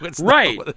Right